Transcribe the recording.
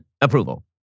approval